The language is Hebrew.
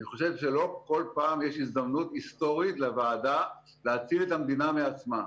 אני חושב שלא כל פעם יש הזדמנות היסטורית לוועדה להציל את המדינה מעצמה.